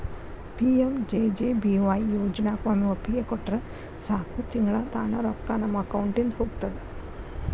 PMJJBY ಯೋಜನಾಕ ಒಮ್ಮೆ ಒಪ್ಪಿಗೆ ಕೊಟ್ರ ಸಾಕು ತಿಂಗಳಾ ತಾನ ರೊಕ್ಕಾ ನಮ್ಮ ಅಕೌಂಟಿದ ಹೋಗ್ತದ